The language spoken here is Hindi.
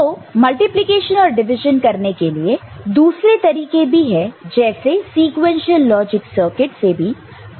तो मल्टीप्लिकेशन और डिवीजन करने के दूसरे तरीके भी है जैसे सीक्वेंशियल लॉजिक सर्किट से भी कर सकते हैं